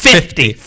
Fifty